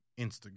Instagram